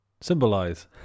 Symbolize